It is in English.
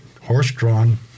horse-drawn